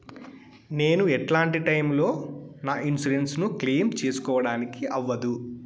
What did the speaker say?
నేను ఎట్లాంటి టైములో నా ఇన్సూరెన్సు ను క్లెయిమ్ సేసుకోవడానికి అవ్వదు?